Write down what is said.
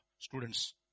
Students